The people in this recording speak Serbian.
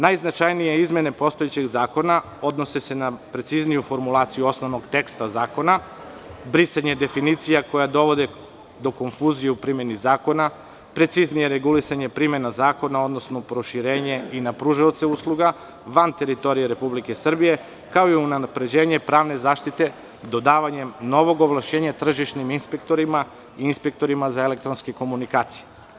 Najznačajnije izmene postojećeg zakona odnose se na precizniju formulaciju osnovnog teksta zakona, brisanje definicija koje dovode do konfuzije u primeni zakona, preciznije regulisanje primena zakona, odnosno proširenje i na pružaoce usluga van teritorije Republike Srbije, kao i na unapređenje pravne zaštite dodavanjem novog ovlašćenja tržišnim inspektorima i inspektorima za elektronske komunikacije.